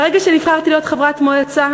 מהרגע שנבחרתי להיות חברת מועצה,